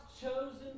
chosen